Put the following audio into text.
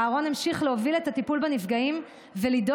אהרון המשיך להוביל את הטיפול בנפגעים ולדאוג